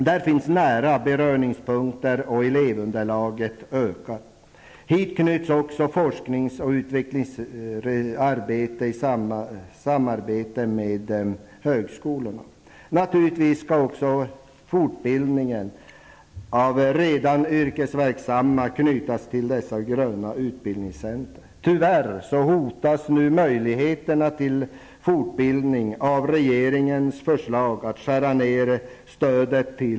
Där finns nära beröringspunkter, och elevunderlaget ökar. Hit bör också forskning och utveckling knytas i samarbete med högskolorna. Naturligtvis skall också fortbildningen av redan yrkesverksamma knytas till dessa gröna utbildningscentra.